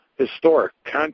Historic